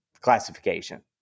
classification